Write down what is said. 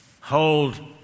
hold